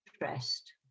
interest